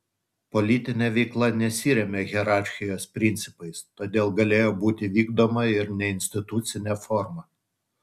politinė veikla nesirėmė hierarchijos principais todėl galėjo būti vykdoma ir neinstitucine forma